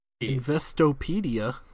Investopedia